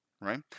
right